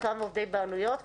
חלקם עובדי בעלויות,